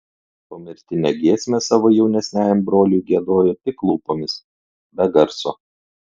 pomirtinę giesmę savo jaunesniajam broliui giedojo tik lūpomis be garso